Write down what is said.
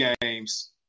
games